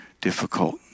difficult